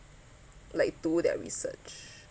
like do their research